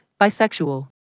Bisexual